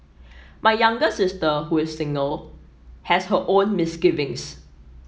my younger sister who is single has her own misgivings